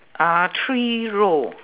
uh three row